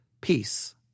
peace